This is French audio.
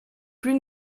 plus